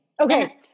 Okay